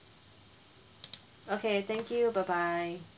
okay thank you bye bye